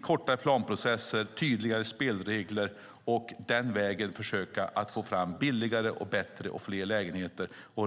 kortare planprocesser och tydligare spelregler, att den vägen försöka få fram fler billigare och bättre lägenheter.